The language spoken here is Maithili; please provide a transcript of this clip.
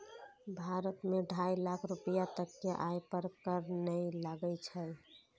भारत मे ढाइ लाख रुपैया तक के आय पर कर नै लागै छै